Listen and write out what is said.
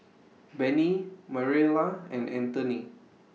Bennie Mariela and Antony